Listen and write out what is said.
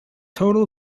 total